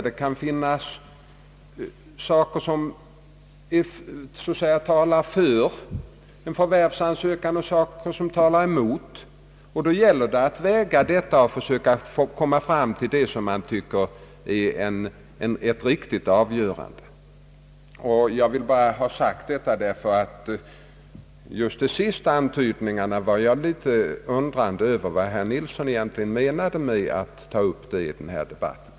Det kan finnas saker som talar för en förvärvsansökan och saker som talar emot den, och då måste man väga och försöka komma fram till ett riktigt avgörande. Jag vill bara ha sagt detta därför att jag undrade över vad herr Nilsson egentligen menade med att ta upp de sista antydningarna i denna debatt.